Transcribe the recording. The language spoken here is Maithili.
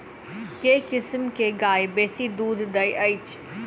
केँ किसिम केँ गाय बेसी दुध दइ अछि?